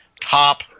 top